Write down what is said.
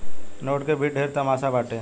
note के भी ढेरे तमासा बाटे